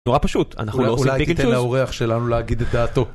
נורא פשוט, אנחנו לא עושים פיקינג צ'וז. אולי תיתן לאורח שלנו להגיד את דעתו.